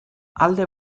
alde